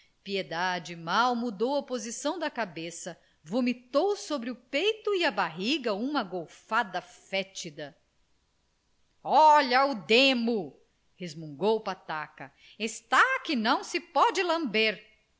piedade mal mudou a posição da cabeça vomitou sobre o peito e a barriga uma golfada fétida olha o demo resmungou pataca está que se não pode